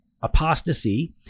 apostasy